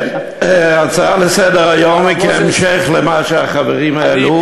הצעה לסדר-היום כהמשך למה שהחברים האלה,